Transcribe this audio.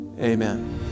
amen